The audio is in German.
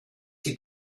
die